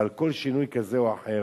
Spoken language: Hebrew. ועל כל שינוי כזה או אחר